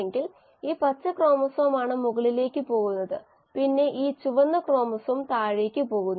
μmSKSS കോശങ്ങളുടെ വളർച്ചാ നിരക്കിനെ സബ്സ്ട്രേറ്റ്ന്റെ സാന്ദ്രതയുടെ പ്രഭാവം നൽകുന്ന അറിയപ്പെടുന്ന മോണോഡ് മോഡലാണിത്